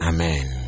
Amen